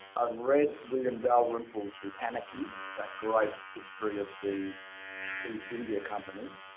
um read william dalrymple's the anarchy, that great history of the east india company,